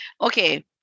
Okay